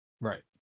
Right